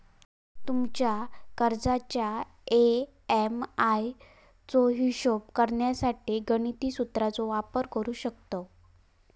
तुमच्या कर्जाच्या ए.एम.आय चो हिशोब करण्यासाठी गणिती सुत्राचो वापर करू शकतव